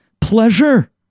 Pleasure